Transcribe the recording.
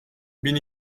bin